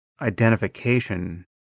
identification